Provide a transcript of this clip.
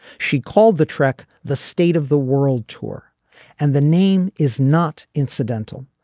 she called the trek the state of the world tour and the name is not incidental.